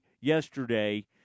yesterday